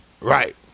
Right